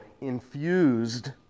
infused